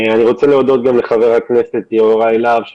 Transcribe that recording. אני רוצה להודות גם לחבר הכנסת יוראי להב על כך